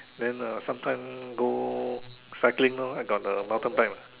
then uh sometime go cycling lor I got the mountain bike what